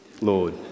Lord